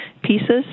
pieces